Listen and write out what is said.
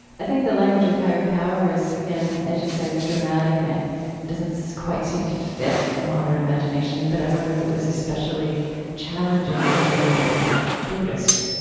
i think the language of higher power is again, as you said, it's dramatic and it doesn't so quite seem to fit a modern imagination. but i wonder if it was especially challenging for you as a buddhist?